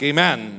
Amen